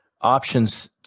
options